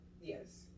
Yes